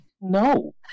No